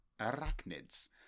arachnids